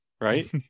right